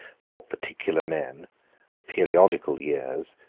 for particular men and periodical years,